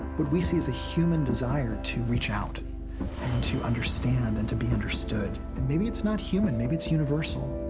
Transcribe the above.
what we see is a human desire to reach out and to understand and to be understood, and maybe it's not human maybe it's universal.